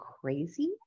crazy